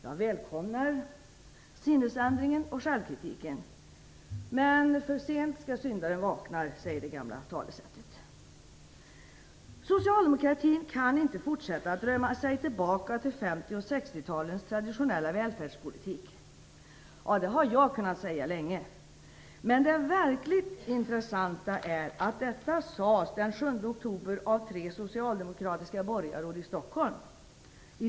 Jag välkomnar sinnesändringen och självkritiken, men sent skall syndaren vakna, säger det gamla talesättet. "Socialdemokratin kan inte längre - drömma sig tillbaka till 60 och 70-talens traditionella välfärdspolitik." Det har jag kunnat säga länge, men det verkligt intressanta är att detta sades i Dagens Nyheter den 7 oktober av tre socialdemokratiska borgarråd i Stockholm.